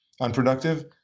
unproductive